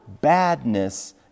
badness